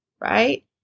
right